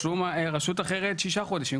רשות אחרת שישה חודשים.